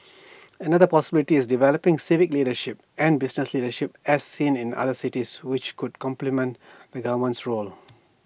another possibility is developing civic leadership and business leadership as seen in other cities which could complement role